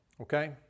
Okay